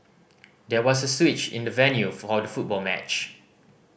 there was a switch in the venue for all the football match